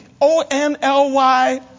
O-N-L-Y